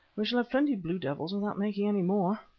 we shall have plenty of blue devils without making any more.